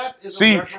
See